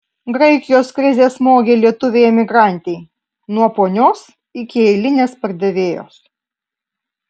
graikijos krizė smogė lietuvei emigrantei nuo ponios iki eilinės pardavėjos